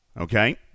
okay